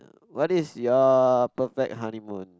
what is your perfect honeymoon